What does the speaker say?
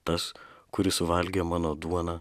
tas kuris suvalgė mano duoną